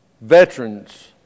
veterans